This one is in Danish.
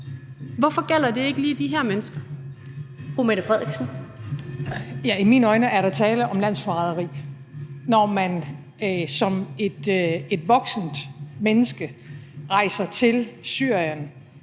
Kl. 14:56 Mette Frederiksen (S): I mine øjne er der tale om landsforræderi, når man som et voksent menneske rejser til Syrien,